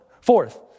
Fourth